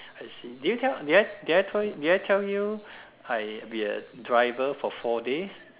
I see did you tell I did I told did I tell you that I've been a driver for four days